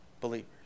believers